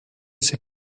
ces